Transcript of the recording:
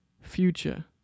Future